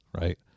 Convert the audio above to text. right